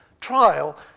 trial